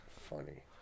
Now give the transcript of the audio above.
Funny